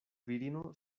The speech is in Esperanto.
virino